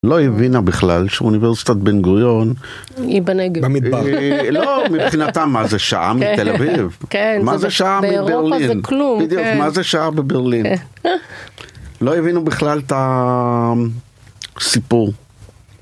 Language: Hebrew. לא הבינה בכלל שאוניברסיטת בן גוריון היא במדבר לא מבחינתה מה זה שעה מתל אביב מה זה שעה בברלין לא הבינו בכלל את הסיפור.